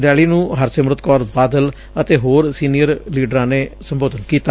rally ਨੂੰ ਹਰਸਿਮਰਤ ਕੌਰ ਬਾਦਲ ਅਤੇ ਹੋਰ ਸੀਨੀਅਰ ਲੀਡਰਾ ਨੇ ਵੀ ਸੰਬੋਧਨ ਕੀਤਾ